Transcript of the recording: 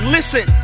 Listen